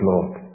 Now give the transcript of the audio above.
Lord